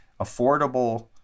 affordable